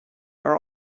are